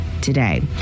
today